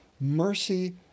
mercy